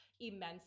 immensely